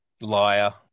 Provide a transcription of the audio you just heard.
Liar